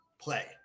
play